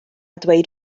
dweud